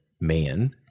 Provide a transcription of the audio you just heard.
man